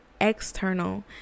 external